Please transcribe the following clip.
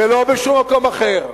ולא בשום מקום אחר,